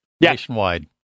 Nationwide